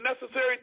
necessary